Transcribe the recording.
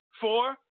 four